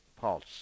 Pulse